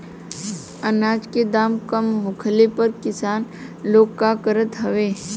अनाज क दाम कम होखले पर किसान लोग का करत हवे?